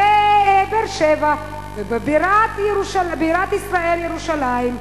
בבאר-שבע ובבירת ישראל ירושלים,